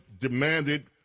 demanded